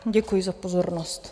Děkuji za pozornost.